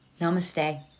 Namaste